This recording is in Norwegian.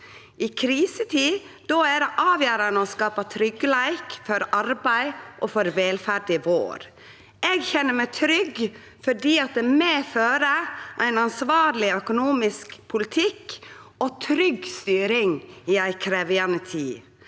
I krisetid er det avgjerande å skape tryggleik for arbeid og for velferda vår. Eg kjenner meg trygg fordi vi fører ein ansvarleg økonomisk politikk og har trygg styring i ei krevjande tid.